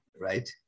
right